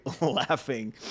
laughing